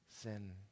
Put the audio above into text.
Sin